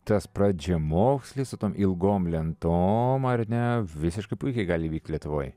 tas pradžiamokslis su tom ilgom lentom ar ne visiškai puikiai gali vykt lietuvoj